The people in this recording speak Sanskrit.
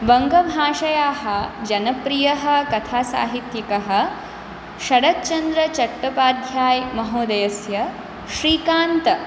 बङ्गभाषायाः जनप्रियः कथासाहित्यिकः शरच्चन्द्रचट्टोपाध्यायमहोदयस्य श्रीकान्त